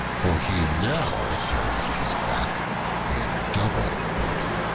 for he now carried on his back a double burden.